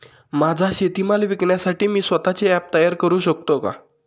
माझा शेतीमाल विकण्यासाठी मी स्वत:चे ॲप तयार करु शकतो का?